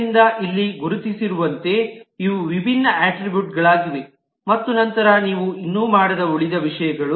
ಆದ್ದರಿಂದ ಇಲ್ಲಿ ಗುರುತಿಸಿರುವಂತೆ ಇವು ವಿಭಿನ್ನ ಅಟ್ರಿಬ್ಯೂಟ್ಗಳಾಗಿವೆ ಮತ್ತು ನಂತರ ನೀವು ಇನ್ನೂ ಮಾಡದ ಉಳಿದ ವಿಷಯಗಳು